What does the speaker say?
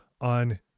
on